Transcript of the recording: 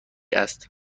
است